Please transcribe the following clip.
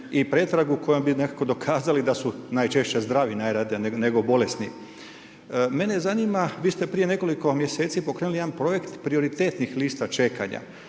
i pretragu kojom bi nekako dokazali da su najčešće zdravi, najradije nego bolesni. Mene zanima vi ste prije nekoliko mjeseci pokrenuli jedan projekt prioritetnih lista čekanja